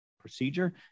procedure